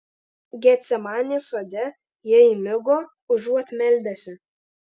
getsemanės sode jie įmigo užuot meldęsi